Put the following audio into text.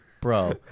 Bro